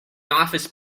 office